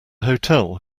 hotel